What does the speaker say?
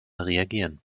reagieren